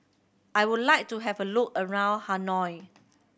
I would like to have a look around Hanoi